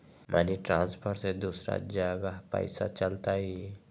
Money transfer से दूसरा जगह पईसा चलतई?